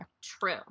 true